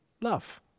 love